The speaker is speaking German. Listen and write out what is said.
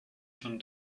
schon